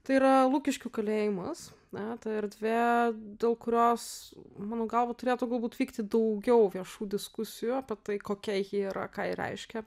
tai yra lukiškių kalėjimas na ta erdvė dėl kurios mano galva turėtų galbūt vykti daugiau viešų diskusijų apie tai kokia ji yra ką ji reiškia